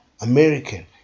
American